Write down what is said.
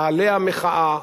מאהלי המחאה,